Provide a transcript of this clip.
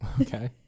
Okay